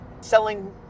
selling